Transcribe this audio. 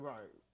Right